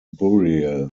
burial